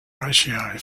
ratio